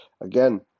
Again